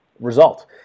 result